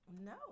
No